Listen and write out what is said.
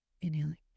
inhaling